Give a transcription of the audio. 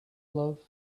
love